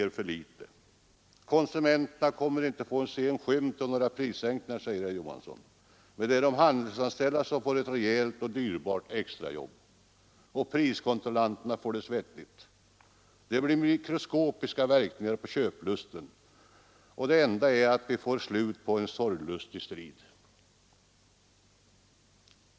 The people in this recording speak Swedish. Det är för övrigt högst osannolikt att konsumenterna ens får se skymten av några prissänkningar, säger herr Johansson. Men de handelsanställda får ett rejält och dyrbart extrajobb. Och priskontrollanterna får det svettigt. Momssänkningen har högst mikroskopiska verkningar på köplusten, enligt herr Johansson. Det enda är att vi får slut på en sorglustig strid.